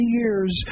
years